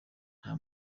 nta